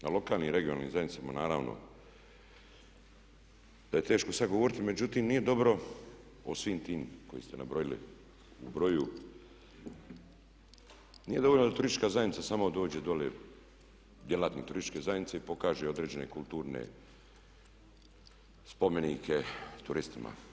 Na lokalnim i regionalnim zajednicama naravno da je teško sad govoriti, međutim nije dobro o svim tim koje ste nabrojili u broju, nije dovoljno da turistička zajednica sama dođe dolje, djelatnik turističke zajednice i pokaže određene kulturne spomenike turistima.